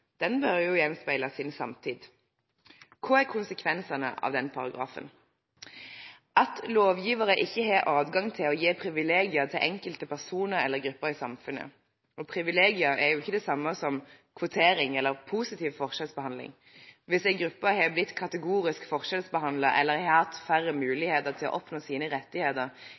bør jo gjenspeile sin samtid. Hva er konsekvensene av den paragrafen? Det er at lovgivere ikke har adgang til å gi privilegier til enkelte personer eller grupper i samfunnet. Privilegier er jo ikke det samme som kvotering eller positiv forskjellsbehandling. Hvis en gruppe har blitt kategorisk forskjellsbehandlet eller har hatt færre muligheter til å oppnå sine rettigheter